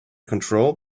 control